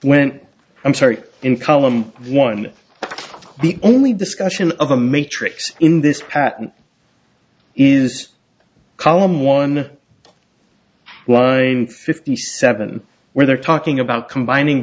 when i'm sorry in column one the only discussion of the matrix in this patent is column one and fifty seven where they're talking about combining